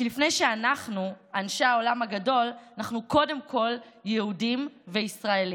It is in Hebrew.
כי לפני שאנחנו אנשי העולם הגדול אנחנו קודם כול יהודים וישראלים,